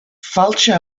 fáilte